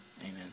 Amen